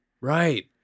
right